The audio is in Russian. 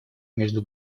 между